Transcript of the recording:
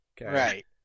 right